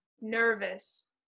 nervous